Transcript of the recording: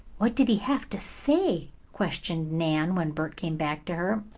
what did he have to say? questioned nan, when bert came back to her.